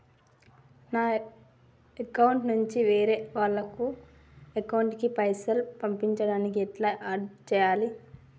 నా అకౌంట్ నుంచి వేరే వాళ్ల అకౌంట్ కి పైసలు పంపించడానికి ఎలా ఆడ్ చేయాలి?